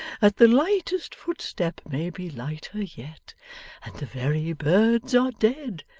that the lightest footstep may be lighter yet and the very birds are dead,